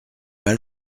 mal